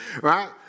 Right